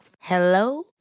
Hello